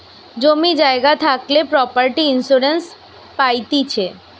জমি জায়গা থাকলে প্রপার্টি ইন্সুরেন্স পাইতিছে